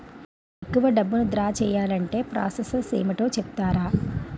ఎక్కువ డబ్బును ద్రా చేయాలి అంటే ప్రాస సస్ ఏమిటో చెప్తారా?